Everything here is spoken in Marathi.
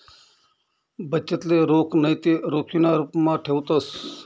बचतले रोख नैते रोखीना रुपमा ठेवतंस